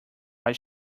why